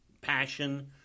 passion